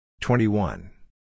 Twenty-one